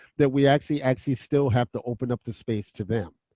that we actually actually still have to open up the space to them.